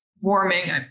warming